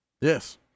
Yes